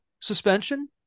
suspension